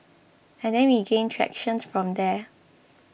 and then we gained tractions from there